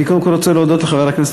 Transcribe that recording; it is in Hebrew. אני קודם כול רוצה להודות לחבר הכנסת